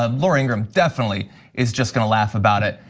ah laura ingraham definitely is just gonna laugh about it.